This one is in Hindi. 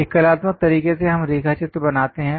एक कलात्मक तरीके से हम रेखाचित्र बनाते हैं